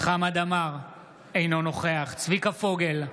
חמד עמאר, אינו נוכח צביקה פוגל,